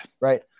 Right